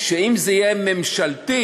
שאם זה יהיה "ממשלתי",